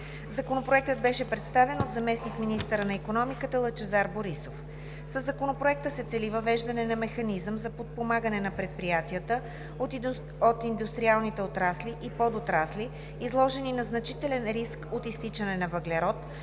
Законопроектът беше представен от заместник-министъра на икономиката – Лъчезар Борисов. Със Законопроекта се цели въвеждане на механизъм за подпомагане на предприятията от индустриалните отрасли и подотрасли, изложени на значителен риск от „изтичане на въглерод“